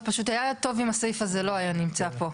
זה פשוט היה טוב יותר אם הסעיף הזה לא היה נמצא פה.